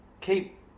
keep